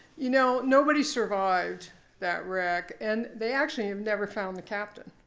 you know nobody survived that wreck. and they actually have never found the captain.